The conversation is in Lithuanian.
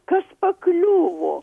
kas pakliuvo